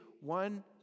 one